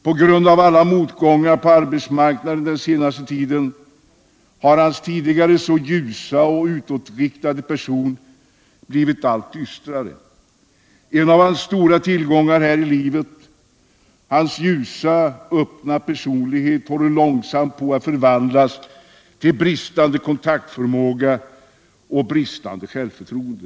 På grund av alla motgångar på arbetsmarknaden den senaste tiden har hans tidigare så ljusa och utåtriktade person blivit allt dystrare. En av hans stora tillgångar här i livet, hans ljusa, öppna personlighet håller långsamt på att förvandlas till bristande kontaktförmåga och bristande självförtroende .